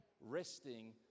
Resting